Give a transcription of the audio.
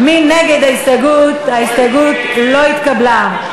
ההסתייגות לא התקבלה.